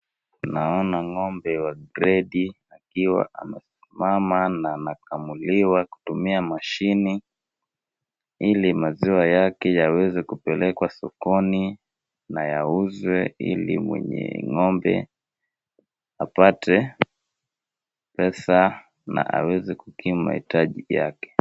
Naona ng'ombe wa gredi akiwa amesimama na anakamuliwa kutumia mashini ili maziwa yake yaweze kupelekwa sokoni na yauzwe ili mwenye ng'ombe apate pesa na aweze kukimu mahitaji yake.